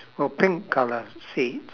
well pink colour seats